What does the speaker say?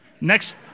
Next